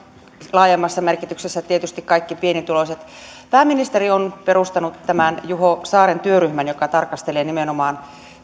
laajemmassa merkityksessä tietysti kaikkien pienituloisten osalta pääministeri on perustanut tämän juho saaren työryhmän joka tarkastelee nimenomaan